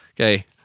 Okay